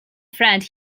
friend